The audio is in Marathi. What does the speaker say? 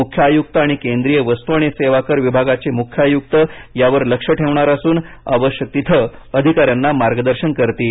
मुख्य आयुक्त आणि केंद्रीय वस्तू आणि सेवा कर विभागाचे मुख्य आयुक्त यावर लक्ष ठेवणार असून आवश्यक तिथे अधिकाऱ्यांना मार्गदर्शन करतील